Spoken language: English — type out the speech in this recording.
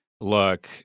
look